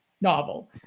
novel